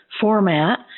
format